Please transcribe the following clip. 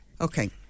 Okay